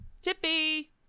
Tippy